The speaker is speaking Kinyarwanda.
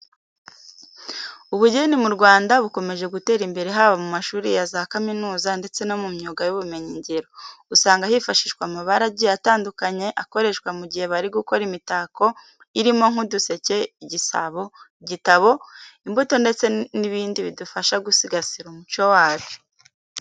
Ubugeni mu Rwanda bukomeje gutera imbere haba mu mashuri ya za kaminuza ndetse no mu myuga n'ubumenyingiro. Usanga hifashishwa amabara agiye atandukanye akoreshwa mu gihe bari gukora imitako irimo nk'uduseke, igisabo, igitabo, imbuto ndetse n'ibindi bidufasha gusigasira umuco wacu.